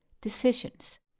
decisions